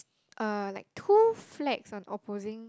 uh like two flags on opposing